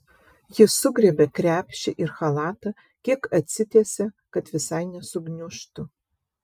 ji sugriebia krepšį ir chalatą kiek atsitiesia kad visai nesugniužtų